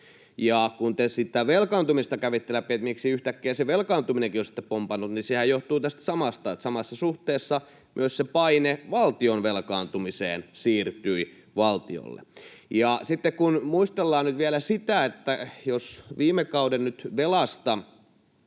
kun te sitä velkaantumista kävitte läpi, sitä, miksi yhtäkkiä se velkaantuminenkin on sitten pompannut, niin sehän johtuu tästä samasta, että samassa suhteessa myös se paine valtion velkaantumiseen siirtyi valtiolle. Sitten kun muistellaan nyt vielä sitä, että jos viime kauden velasta